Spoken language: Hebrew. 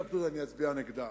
אין לי התלבטות, אני אצביע נגדה.